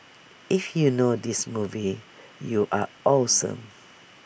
if you know this movie you are awesome